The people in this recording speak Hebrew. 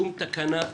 שום תקנה,